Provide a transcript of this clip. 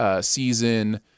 season